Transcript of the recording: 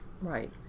right